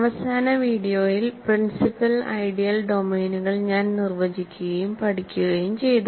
അവസാന വീഡിയോയിൽ principal ideal ഡൊമെയ്നുകൾ ഞാൻ നിർവചിക്കുകയും പഠിക്കുകയും ചെയ്തു